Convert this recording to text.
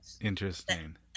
Interesting